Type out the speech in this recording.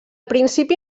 principi